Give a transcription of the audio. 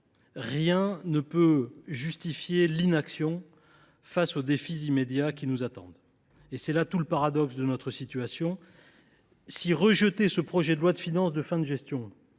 rien ne peut justifier l’inaction face aux défis immédiats qui nous attendent. C’est là tout le paradoxe de notre situation : rejeter ce projet de loi de finances de fin de gestion